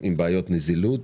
בעיות נזילות